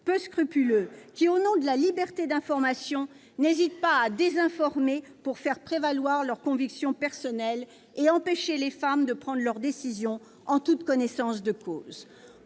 peu scrupuleux qui, au nom de la liberté d'information, n'hésitent pas à désinformer pour faire prévaloir des convictions personnelles et empêcher les femmes de prendre leur décision en toute connaissance de cause.